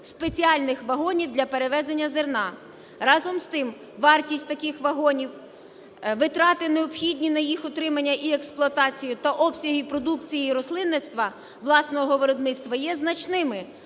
спеціальних вагонів для перевезення зерна. Разом з тим, вартість таких вагонів, витрати, необхідні на їх утримання і експлуатацію та обсяги продукції і рослинництва власного виробництва є значними,